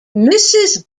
mrs